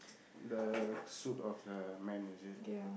the suit of the man is it